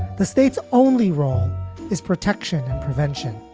the state's only role is protection and prevention